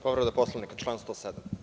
Povreda Poslovnika, član 107.